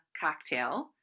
cocktail